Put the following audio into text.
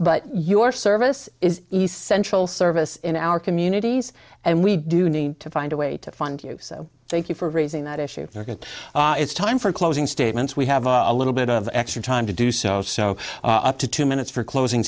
but your service is essential service in our communities and we do need to find a way to fund you so thank you for raising that issue it's time for closing statements we have a little bit of extra time to do so so up to two minutes for closing